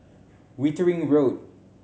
Wittering Road